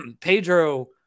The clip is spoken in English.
Pedro